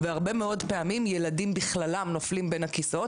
והרבה מאוד פעמים ילדים בכללם נופלים בין הכיסאות,